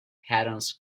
patents